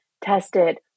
tested